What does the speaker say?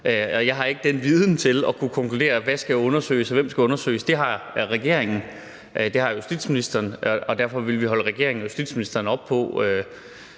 jeg har ikke den viden til at kunne konkludere, hvad der skal undersøges, og hvem der skal undersøges. Det har regeringen, og det har justitsministeren, og derfor vil vi holde regeringen og justitsministeren op på,